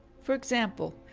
for example,